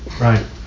Right